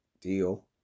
deal